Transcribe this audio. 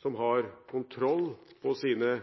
som har kontroll på sine